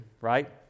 right